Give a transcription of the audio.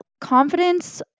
confidence